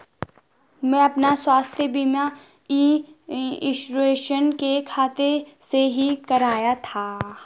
मैंने अपना स्वास्थ्य बीमा ई इन्श्योरेन्स के खाते से ही कराया था